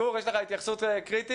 גור, יש לך התייחסות קריטית?